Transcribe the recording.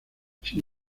sin